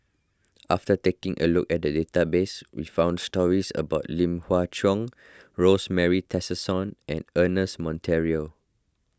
after taking a look at the database we found stories about Lim Hua Cheng Rosemary Tessensohn and Ernest Monteiro